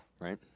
Right